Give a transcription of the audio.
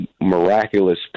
miraculous